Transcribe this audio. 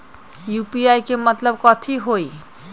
UPI के मतलब कथी होई?